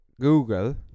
Google